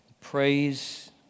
praise